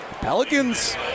Pelicans